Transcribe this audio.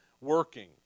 working